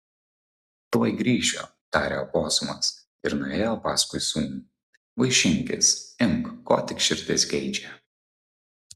tuoj grįšiu tarė oposumas ir nuėjo paskui sūnų vaišinkis imk ko tik širdis geidžia